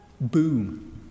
Boom